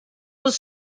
was